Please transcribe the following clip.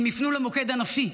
הם יפנו למוקד הנפשי.